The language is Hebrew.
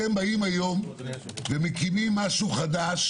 אתם מקימים היום משהו חדש